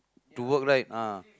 to work right ah